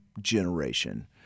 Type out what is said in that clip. generation